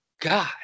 God